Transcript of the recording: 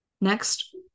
Next